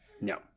No